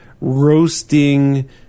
Roasting